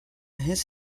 his